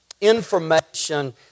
information